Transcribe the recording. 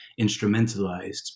instrumentalized